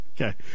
Okay